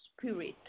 spirit